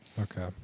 Okay